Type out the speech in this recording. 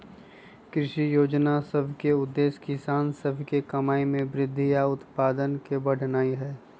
कृषि जोजना सभ के उद्देश्य किसान सभ के कमाइ में वृद्धि आऽ उत्पादन के बढ़ेनाइ हइ